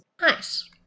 Nice